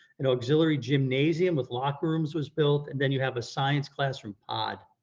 an auxiliary gymnasium with locker rooms was built and then you have a science classroom pod